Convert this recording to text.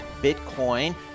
Bitcoin